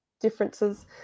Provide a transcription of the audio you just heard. differences